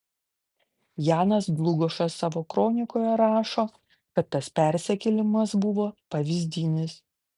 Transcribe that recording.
janas dlugošas savo kronikoje rašo kad tas persikėlimas buvo pavyzdinis